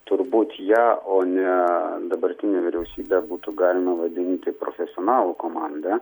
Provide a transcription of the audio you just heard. turbūt ją o ne dabartinę vyriausybę būtų galima vadinti profesionalų komanda